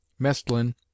Mestlin